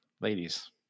Ladies